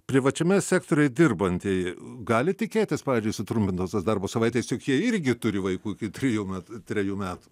privačiame sektoriuj dirbantieji gali tikėtis pavyzdžiui sutrumpintos tos darbo savaitės juk jie irgi turi vaikų iki trijų metų trejų metų